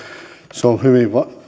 se on hyvin